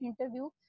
interview